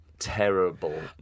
terrible